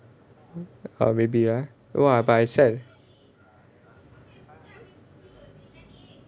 orh maybe ah !wah! but I sad